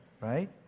right